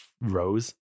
rose